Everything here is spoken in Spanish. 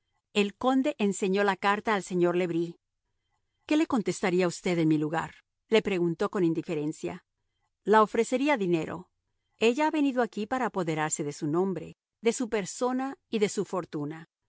el conde enseñó la carta al señor le bris qué le contestaría usted en mi lugar le preguntó con indiferencia la ofrecería dinero ella ha venido aquí para apoderarse de su nombre de su persona y de su fortuna